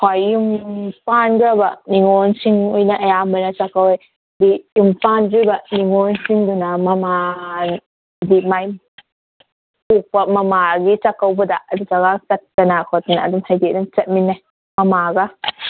ꯍꯣꯏ ꯌꯨꯝ ꯄꯥꯟꯈ꯭ꯔꯕ ꯅꯤꯉꯣꯜꯁꯤꯡ ꯑꯣꯏꯅ ꯑꯌꯥꯝꯕꯅ ꯆꯥꯛꯀꯧꯋꯦ ꯍꯥꯏꯗꯤ ꯌꯨꯝ ꯄꯥꯟꯗ꯭ꯔꯤꯕ ꯅꯤꯉꯣꯜꯁꯤꯡꯗꯨꯅ ꯃꯃꯥ ꯍꯥꯏꯗꯤ ꯃꯥꯏ ꯑꯄꯣꯛꯄ ꯃꯃꯥꯒꯤ ꯆꯥꯛꯀꯧꯕꯗ ꯑꯗꯨꯇꯧꯔ ꯆꯠꯇꯅ ꯈꯣꯠꯇꯅ ꯑꯗꯨꯝ ꯍꯥꯏꯗꯤ ꯑꯗꯨꯝ ꯆꯠꯃꯤꯟꯅꯩ ꯃꯃꯥꯒ